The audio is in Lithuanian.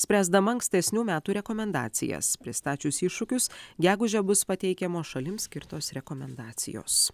spręsdama ankstesnių metų rekomendacijas pristačius iššūkius gegužę bus pateikiamos šalims skirtos rekomendacijos